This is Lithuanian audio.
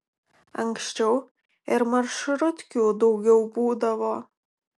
anksčiau ir maršrutkių daugiau būdavo